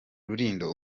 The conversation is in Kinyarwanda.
rulindo